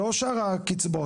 לא שאר הקצבאות,